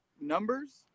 numbers